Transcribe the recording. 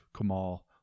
Kamal